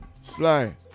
Sly